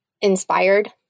inspired